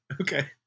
Okay